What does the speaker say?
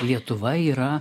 lietuva yra